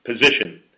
position